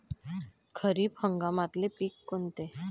खरीप हंगामातले पिकं कोनते?